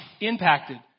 impacted